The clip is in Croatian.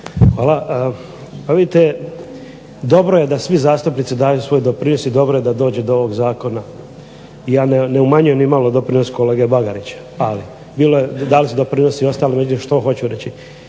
Hvala. Pa vidite, dobro je da svi zastupnici daju svoj doprinos i dobro je da dođe do ovog zakona. Ja ne umanjujem nimalo doprinos kolege Bagarića, ali dali su doprinos i ostali ovdje. Što hoću reći?